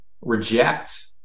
reject